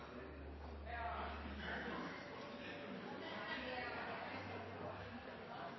Ja,